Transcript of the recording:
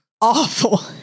awful